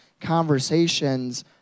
conversations